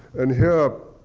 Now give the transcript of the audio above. and here,